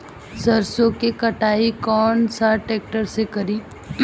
सरसों के कटाई कौन सा ट्रैक्टर से करी?